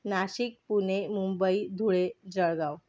Nashik Pune Mumbai Dhule Jalgaon